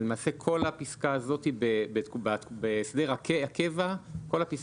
אז למעשה כל הפסקה הזאת בהסדר הקבע תימחק.